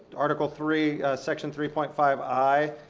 article three, section three point five i,